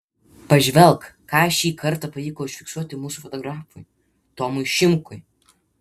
pažvelk ką šį kartą pavyko užfiksuoti mūsų fotografui tomui šimkui